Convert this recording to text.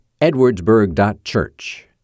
edwardsburg.church